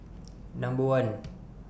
Number one